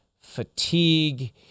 fatigue